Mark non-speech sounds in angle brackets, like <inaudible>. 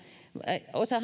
osa <unintelligible>